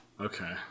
Okay